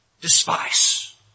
despise